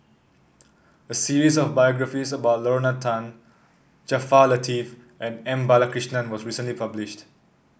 a series of biographies about Lorna Tan Jaafar Latiff and M Balakrishnan was recently published